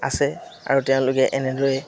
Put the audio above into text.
আছে আৰু তেওঁলোকে এনেদৰে